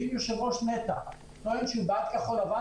ואם יושב-ראש נת"ע טוען שהוא בעד כחול-לבן,